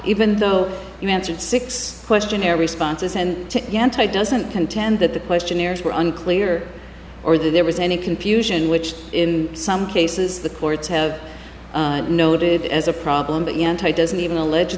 even though you answered six questionnaire responses and to the anti doesn't contend that the questionnaires were unclear or that there was any confusion which in some cases the courts have noted as a problem but doesn't even allege